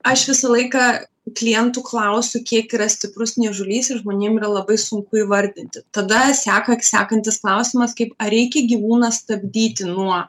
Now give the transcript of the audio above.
aš visą laiką klientų klausiu kiek yra stiprus niežulys ir žmonėm yra labai sunku įvardinti tada seka sekantis klausimas kaip ar reikia gyvūną stabdyti nuo